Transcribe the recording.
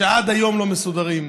שעד היום לא מסודרות.